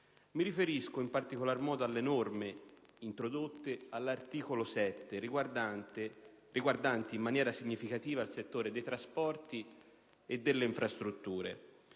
Mi riferisco, in particolar modo, alle norme introdotte all'articolo 7, riguardanti in maniera significativa il settore dei trasporti e delle infrastrutture.